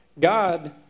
God